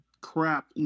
crap